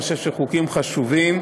אני חושב שהם חוקים חשובים.